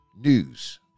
news